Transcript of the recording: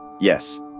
Yes